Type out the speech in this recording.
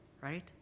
right